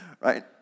right